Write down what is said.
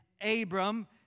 Abram